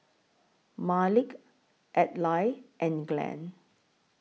Malik Adlai and Glenn